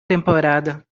temporada